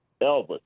Elvis